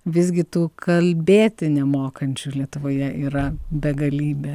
visgi tų kalbėti nemokančių lietuvoje yra begalybė